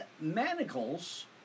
manacles